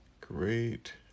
Great